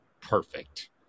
Perfect